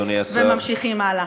וממשיכים הלאה.